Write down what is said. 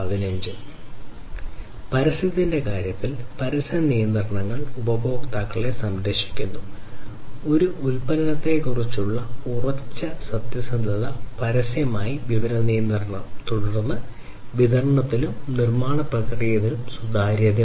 പരസ്യത്തിന്റെ കാര്യത്തിൽ പരസ്യ നിയന്ത്രണങ്ങൾ ഉപഭോക്താക്കളെ സംരക്ഷിക്കുന്നു ഒരു ഉൽപ്പന്നത്തെക്കുറിച്ചുള്ള ഉറച്ച സത്യസന്ധത പരസ്യമായി വിവര നിയന്ത്രണം തുടർന്ന് വിതരണത്തിലും നിർമ്മാണ പ്രക്രിയയിലും സുതാര്യത